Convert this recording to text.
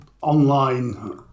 online